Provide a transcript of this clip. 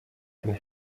and